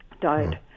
died